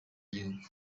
gihugu